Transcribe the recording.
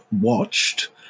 watched